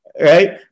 right